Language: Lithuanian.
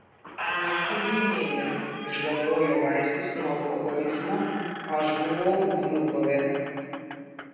niekur ji nėjo išgalvojo vaistus nuo alkoholizmo aš buvau vnukove